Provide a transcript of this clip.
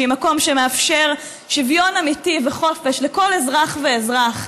שהיא מקום שמאפשר שוויון אמיתי וחופש לכל אזרח ואזרח.